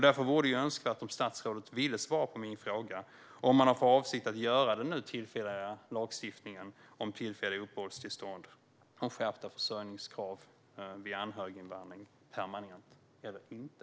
Därför vore det önskvärt om statsrådet ville svara på min fråga om regeringen har för avsikt att göra den nu tillfälliga lagstiftningen om tillfälliga uppehållstillstånd och om skärpta försörjningskrav vid anhöriginvandring permanent eller inte.